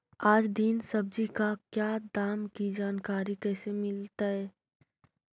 आज दीन सब्जी का क्या दाम की जानकारी कैसे मीलतय?